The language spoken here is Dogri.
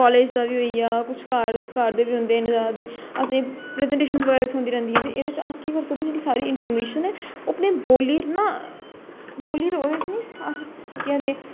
काॅलेज दा बी होई गेआ कुछ घार दे बी होंदे ना आसें प्रजेन्टेशन बगैरा बी थ्होंदी रौंहदियां ते एहदे च अस केह् करी सकदे जेहड़ी साढ़ी इन्फारॅमेशन ऐ ओह् अपने बोल्ली च ना बोल्ली केह् आक्खदे